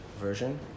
version